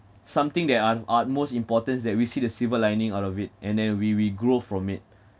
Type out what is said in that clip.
something that are are most importance that we see the silver lining out of it and then we we grow from it